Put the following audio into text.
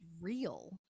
real